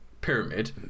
pyramid